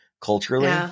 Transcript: culturally